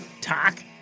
talk